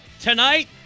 Tonight